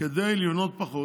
כדי לבנות פחות,